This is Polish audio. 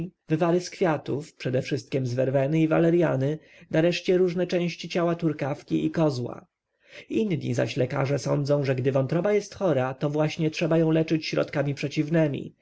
wywary z kwiatów przedewszystkiem z werweny i walerjany nareszcie różne części ciała turkawki i kozła inni zaś lekarze sądzą że gdy wątroba jest chora to właśnie trzeba ją leczyć środkami przeciwnemi a